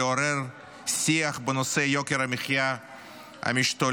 לעורר שיח בנושא יוקר המחיה המשתולל